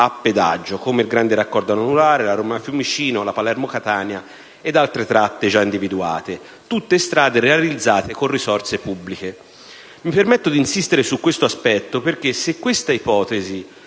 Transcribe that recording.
a pedaggio (come il Grande raccordo anulare, la Roma-Fiumicino, la Palermo-Catania ed altre tratte già individuate), tutte strade realizzate con risorse pubbliche. Mi permetto di insistere su questo aspetto perché, se questa ipotesi